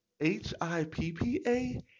H-I-P-P-A